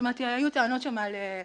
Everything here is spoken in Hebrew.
היו טענות שם על שיגעון.